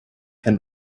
can